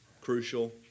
crucial